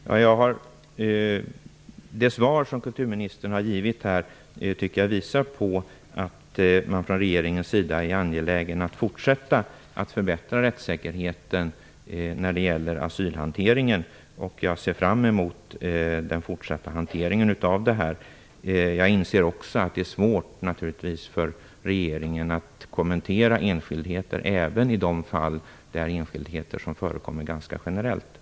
Fru talman! Jag tycker att det svar som kulturministern har givit visar på att man från regeringens sida är angelägen att fortsätta att förbättra rättssäkerheten när det gäller asylhanteringen. Jag ser fram emot den fortsatta hanteringen av detta. Jag inser naturligtvis också att det är svårt för regeringen att kommentera enskildheter även i de fall som gäller enskildheter som förekommer ganska generellt.